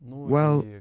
well,